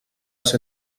ser